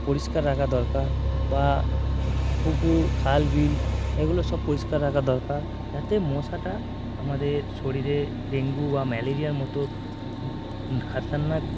পরিষ্কার রাখা দরকার বা পুকুর খাল বিল এগুলো সব পরিষ্কার রাখা দরকার যাতে মশাটা আমাদের শরীরে ডেঙ্গু বা ম্যালেরিয়ার মতো খতরনাক